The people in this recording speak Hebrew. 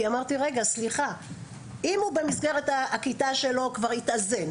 כי אמרתי רגע סליחה אם הוא במסגרת הכיתה שלו כבר התאזן,